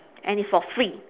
and it's for free